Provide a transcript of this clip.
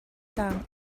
tlang